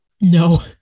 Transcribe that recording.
No